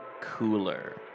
cooler